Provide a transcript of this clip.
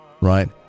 right